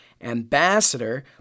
ambassador